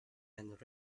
and